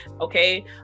okay